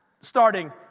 starting